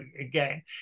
again